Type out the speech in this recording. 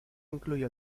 incluyó